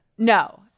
No